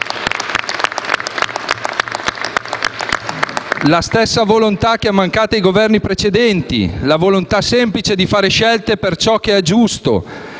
La stessa volontà che è mancata ai Governi precedenti, la volontà semplice di fare scelte per ciò che è giusto;